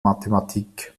mathematik